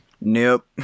Nope